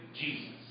Jesus